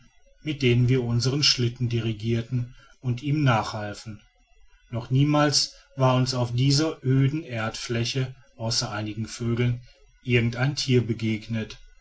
mit denen wir unsern schlitten dirigierten und ihm nachhalfen noch niemals war uns auf dieser öden erdfläche außer einigen vögeln irgendein tier begegnet